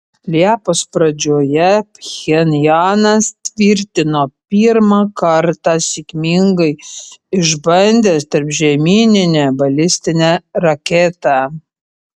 liepos pradžioje pchenjanas tvirtino pirmą kartą sėkmingai išbandęs tarpžemyninę balistinę raketą